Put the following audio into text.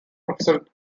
professor